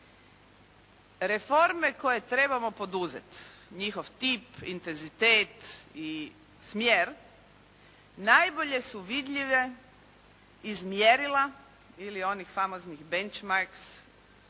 Reforme koje trebamo poduzeti, njihov tip, intenzitet i smjer najbolje su vidljive iz mjerila ili onih famoznih «bench marks»